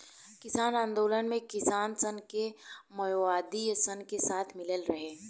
किसान आन्दोलन मे किसान सन के मओवादी सन के साथ मिलल रहे